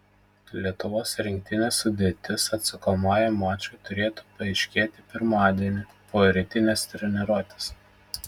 lietuvos rinktinės sudėtis atsakomajam mačui turėtų paaiškėti pirmadienį po rytinės treniruotės